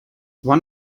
one